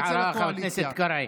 הערה לחבר הכנסת קרעי: